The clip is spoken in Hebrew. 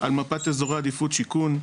על מפת אזורי עדיפות שיכון,